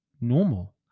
normal